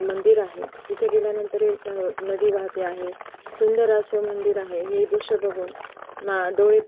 मंदिर आहे तिथे गेल्यानंतर एक नदी वाहते आहे सुंदर असं मंदिर आहे हे दृश्य बघून मा डोळे